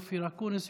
אופיר אקוניס,